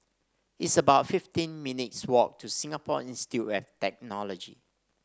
it's about fifteen minutes' walk to Singapore Institute of Technology